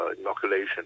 inoculation